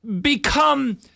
become